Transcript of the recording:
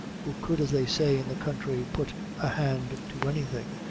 who could, as they say in the country, put a hand to anything,